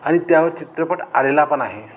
आणि त्यावर चित्रपट आलेला पण आहे